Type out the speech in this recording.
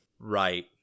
Right